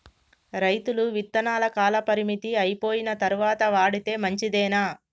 రైతులు విత్తనాల కాలపరిమితి అయిపోయిన తరువాత వాడితే మంచిదేనా?